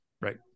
right